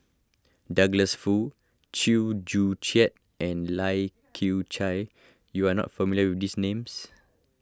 Douglas Foo Chew Joo Chiat and Lai Kew Chai you are not familiar with these names